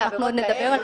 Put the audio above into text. אמרנו שעוד נדבר.